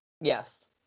Yes